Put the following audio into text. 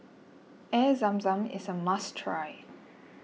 Air Zam Zam is a must try